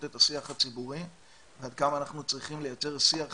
את השיח הציבורי ועד כמה אנחנו צריכים לייצר שיח